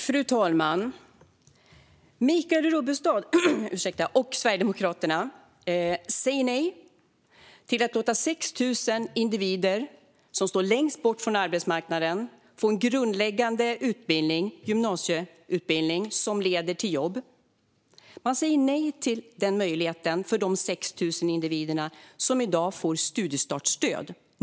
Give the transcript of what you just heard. Fru talman! Michael Rubbestad och Sverigedemokraterna säger nej till att låta 6 000 individer som står längst bort från arbetsmarknaden få en grundläggande gymnasieutbildning som leder till jobb. Ni säger nej till den möjligheten för de 6 000 individerna som i dag får studiestartsstöd.